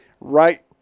right